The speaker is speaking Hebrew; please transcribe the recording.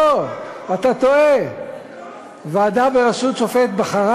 שר התקשורת.